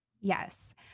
Yes